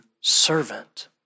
servant